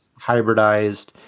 hybridized